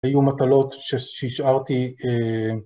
היו מטלות שהשארתי